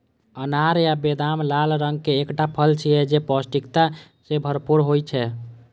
अनार या बेदाना लाल रंग के एकटा फल छियै, जे पौष्टिकता सं भरपूर होइ छै